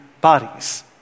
bodies